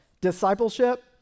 Discipleship